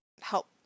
help